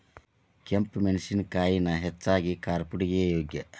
ಕೆಂಪ ಮೆಣಸಿನಕಾಯಿನ ಹೆಚ್ಚಾಗಿ ಕಾರ್ಪುಡಿಗೆ ಯೋಗ್ಯ